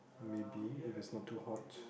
maybe if it's not too hot